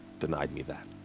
denied me that.